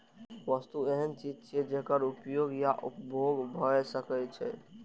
वस्तु एहन चीज छियै, जेकर उपयोग या उपभोग भए सकै छै